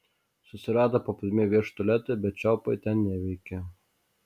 susirado paplūdimyje viešąjį tualetą bet čiaupai ten neveikė